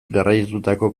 garraiatutako